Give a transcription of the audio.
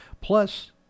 Plus